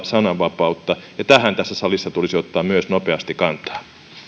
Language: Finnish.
sananvapautta ja tähän tässä salissa tulisi ottaa myös nopeasti kantaa